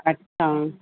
अच्छा